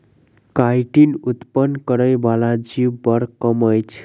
chitin उत्पन्न करय बला जीव बड़ कम अछि